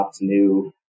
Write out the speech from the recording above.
new